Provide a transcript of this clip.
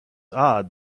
odd